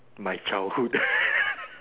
my childhood